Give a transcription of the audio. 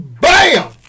BAM